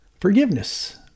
forgiveness